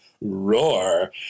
Roar